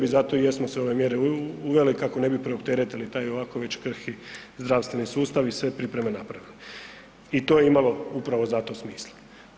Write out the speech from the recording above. I zato i jesmo sve ove mjere uveli kako ne bi preopteretili taj i ovako već krhki zdravstveni sustav i sve pripreme napravili i to je imalo upravo zato smisla.